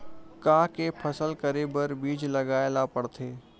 का के फसल करे बर बीज लगाए ला पड़थे?